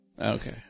Okay